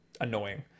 annoying